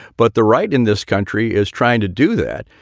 but the right in this country is trying to do that,